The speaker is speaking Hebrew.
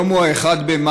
היום הוא 1 במאי,